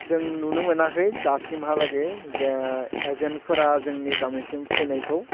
जों नुनो मोनाखै दासिमहालागै जे एजेन्टफोरा जोंनि गामिसिम फैनायखौ